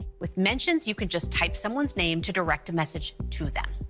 with mentions, you can just type someone's name to direct a message to them.